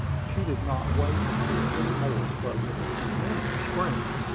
she did not wait to hear any more, but, with a tremendous scream,